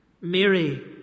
Mary